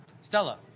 Stella